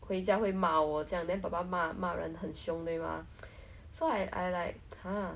and then she asked me what I did then I said oh I I took picture of the cell then like